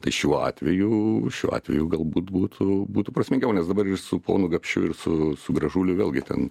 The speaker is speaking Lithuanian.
tai šiuo atveju šiuo atveju galbūt būtų būtų prasmingiau nes dabar su ponu gapšiu ir su su gražuliu vėlgi ten